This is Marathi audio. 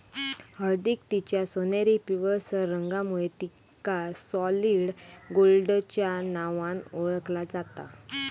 हळदीक तिच्या सोनेरी पिवळसर रंगामुळे तिका सॉलिड गोल्डच्या नावान ओळखला जाता